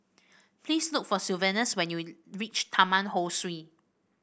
please look for Sylvanus when you reach Taman Ho Swee